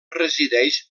resideix